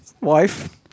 Wife